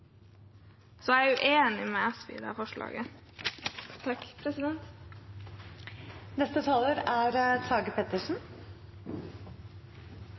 så jeg er uenig med SV i dette forslaget.